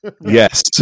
yes